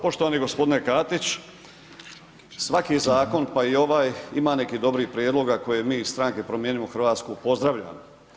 Poštovani gospodine Katić, svaki zakon pa i ovaj ima nekih dobrih prijedloga koji mi iz stranke Promijenimo Hrvatsku pozdravljamo.